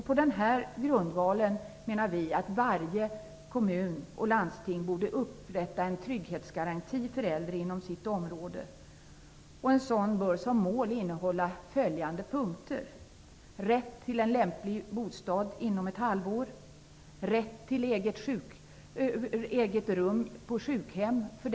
På denna grundval menar vi att varje kommun och landsting borde upprätta en trygghetsgaranti för äldre inom sitt område. En sådan bör som mål ha följande punkter: Rätt till rimliga avgifter på sjukhem.